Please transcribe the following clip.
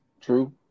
True